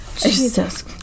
Jesus